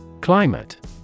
Climate